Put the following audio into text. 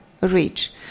reach